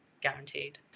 Guaranteed